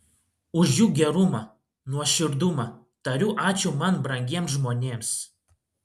už jų gerumą nuoširdumą tariu ačiū man brangiems žmonėms